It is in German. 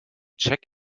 check